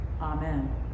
Amen